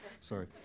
Sorry